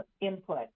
input